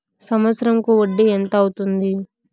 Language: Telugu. సంవత్సరం కు వడ్డీ ఎంత అవుతుంది?